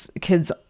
kids